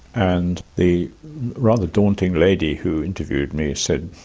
and the rather daunting lady who interviewed me said,